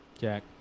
jack